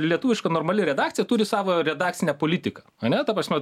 lietuviška normali redakcija turi savo redakcinę politiką ane ta prasme